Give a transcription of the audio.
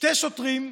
שני שוטרים,